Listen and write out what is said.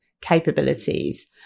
capabilities